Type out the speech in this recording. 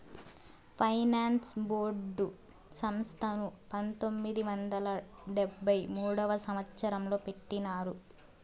finance board సంస్థను పంతొమ్మిది వందల డెబ్భై మూడవ సంవచ్చరంలో పెట్టినారు